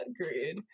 Agreed